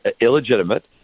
illegitimate